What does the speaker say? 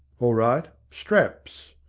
all right a straps.